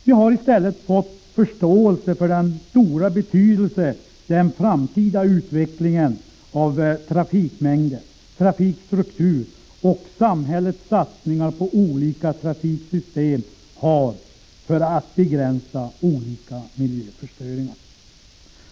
Vi har i stället fått förståelse för den stora betydelse den framtida utvecklingen av trafikmängder, trafikstruktur och samhällets satsningar på olika trafiksystem har för att begränsa olika miljöförstöringar.